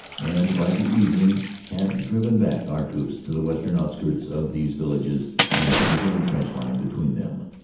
and by the evening had driven back our troops to the western outskirts of these villages and to the german trench line between them.